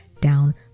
down